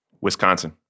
Wisconsin